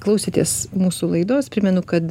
klausėtės mūsų laidos primenu kad